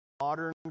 modern